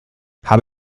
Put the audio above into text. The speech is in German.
habe